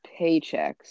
paychecks